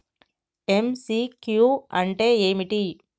MCQ అంటే ఏమిటి?